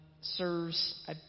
serves